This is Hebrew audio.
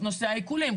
נושא העיקולים,